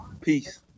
peace